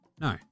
No